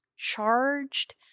charged